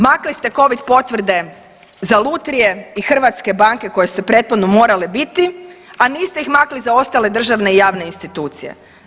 Makli ste Covid potvrde za lutrije i hrvatske banke koje su prethodno morale biti, a niste ih makli za ostale državne i javne institucije.